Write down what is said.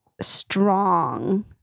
strong